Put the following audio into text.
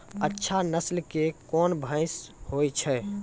अच्छा नस्ल के कोन भैंस होय छै?